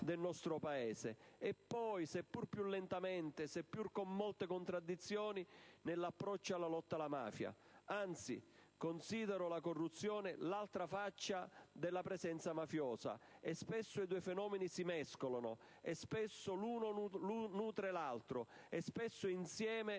del nostro Paese) e poi, seppur più lentamente, seppur con molte contraddizioni, nell'approccio alla lotta alla mafia. Anzi, considero la corruzione l'altra faccia della presenza mafiosa, e spesso i due fenomeni si mescolano, spesso l'uno nutre l'altro, spesso insieme